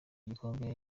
igikombe